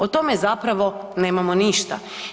O tome zapravo nemamo ništa.